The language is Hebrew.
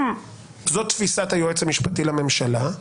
אם זאת תפיסת היועץ המשפטי לממשלה,